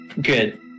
Good